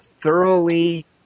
thoroughly